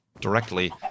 directly